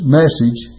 message